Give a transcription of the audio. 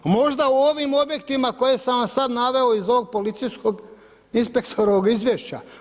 Možda u ovim objektima koje sam vam sada naveo iz ovog policijskog inspektorovog izvješća?